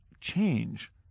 change